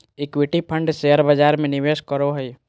equity fund share बजार में निवेश करो हइ